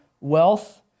wealth